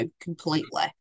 completely